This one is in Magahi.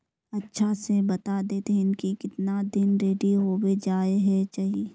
अच्छा से बता देतहिन की कीतना दिन रेडी होबे जाय के चही?